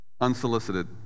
Unsolicited